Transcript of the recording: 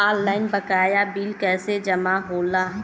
Online बकाया bill कैसे जमा होला?